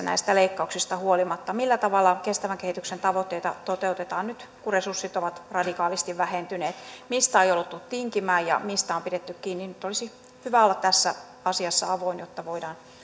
näistä leikkauksista huolimatta millä tavalla kestävän kehityksen tavoitteita toteutetaan nyt kun resurssit ovat radikaalisti vähentyneet mistä on jouduttu tinkimään ja mistä on pidetty kiinni nyt olisi hyvä olla tässä asiassa avoin jotta voidaan